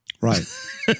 Right